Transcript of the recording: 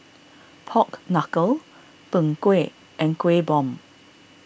Pork Knuckle Png Kueh and Kueh Bom